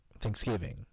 thanksgiving